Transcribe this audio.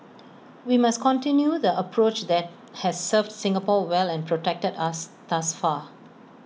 we must continue the approach that has served Singapore well and protected us thus far